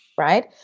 right